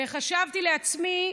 וחשבתי לעצמי: